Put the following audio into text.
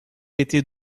était